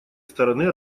стороны